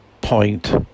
point